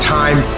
time